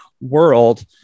world